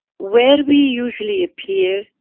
where we usually appear,